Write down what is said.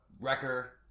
Wrecker